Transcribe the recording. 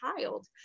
child